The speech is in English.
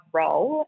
role